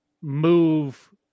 move